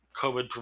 covid